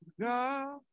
God